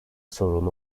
sorun